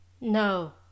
no